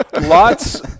Lots